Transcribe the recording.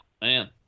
Man